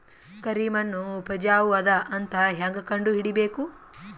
ಕರಿಮಣ್ಣು ಉಪಜಾವು ಅದ ಅಂತ ಹೇಂಗ ಕಂಡುಹಿಡಿಬೇಕು?